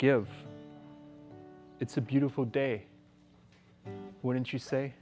give it's a beautiful day wouldn't you say